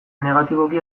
negatiboki